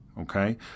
Okay